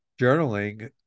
journaling